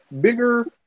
bigger